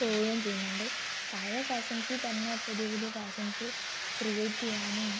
പോവുകയും ചെയ്യുന്നുണ്ട് പഴയ ഫാഷൻസിൽ തന്നെ പുതിയ പുതിയ ഫാഷൻസ് ക്രിയേറ്റ് ചെയ്യാനും